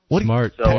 smart